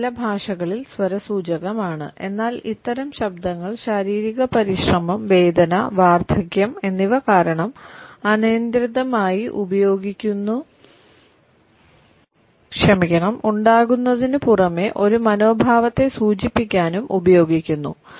ഇത് ചില ഭാഷകളിൽ സ്വരസൂചകമാണ് എന്നാൽ ഇത്തരം ശബ്ദങ്ങൾ ശാരീരിക പരിശ്രമം വേദന വാർദ്ധക്യം എന്നിവ കാരണം അനിയന്ത്രിതമായി ഉണ്ടാകുന്നതിനു പുറമേ ഒരു മനോഭാവത്തെ സൂചിപ്പിക്കാനും ഉപയോഗിക്കുന്നു